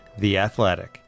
theathletic